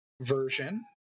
version